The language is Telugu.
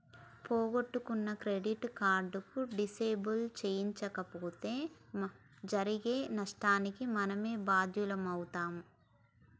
పోగొట్టుకున్న క్రెడిట్ కార్డు డిసేబుల్ చేయించకపోతే జరిగే నష్టానికి మనమే బాధ్యులమవుతం